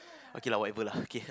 okay lah whatever lah okay